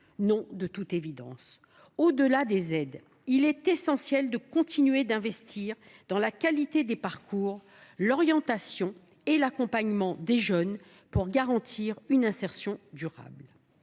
Non, de toute évidence. Au delà des aides, il est essentiel de continuer d’investir dans la qualité des parcours, dans l’orientation et l’accompagnement des jeunes, afin de garantir une insertion durable.